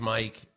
Mike